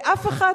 ואף אחד,